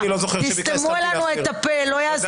אני לא מכיר שום נוהג כזה.